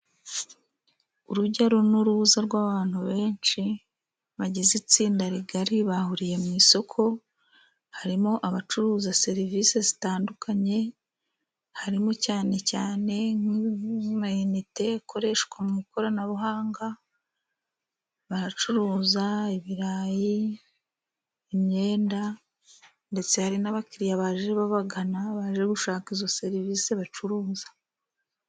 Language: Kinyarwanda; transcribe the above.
Urujya n'uruza rw'abantu benshi bagize itsinda rigari bahuriye mu isoko, harimo abacuruza serivisi zitandukanye, harimo cyane cyane ama inite akoreshwa mu ikoranabuhanga, baracuruza ibirayi, imyenda, ndetse hari n'abakiriya baje babagana baje gushaka izo serivisi bacuruza.